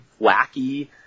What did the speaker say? wacky